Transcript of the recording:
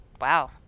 wow